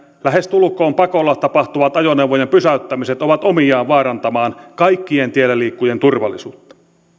lähestulkoon pakolla tapahtuvat ajoneuvojen pysäyttämiset ovat omiaan vaarantamaan kaikkien tielläliikkujien turvallisuutta